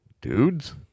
dudes